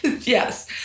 Yes